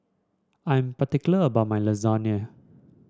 I'm particular about my Lasagne